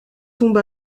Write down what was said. tombe